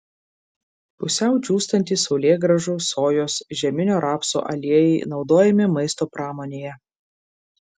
pusiau džiūstantys saulėgrąžų sojos žieminio rapso aliejai naudojami maisto pramonėje